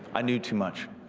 i knew too much.